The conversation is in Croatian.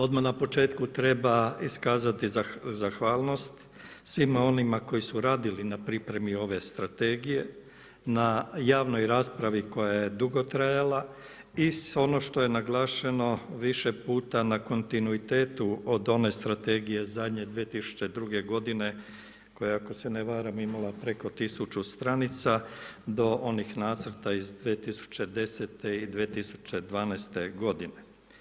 Odmah na početku treba iskazati zahvalnost svima onima koji su radili na pripremi ove strategije, na javnoj raspravi koja je dugo trajala i ono što je naglašeno više puta na kontinuitetu od one strategije zadnje 2002. godine koja je ako se ne varam imala preko tisuću stranica, do onih nacrta iz 2010. i 2012. godine.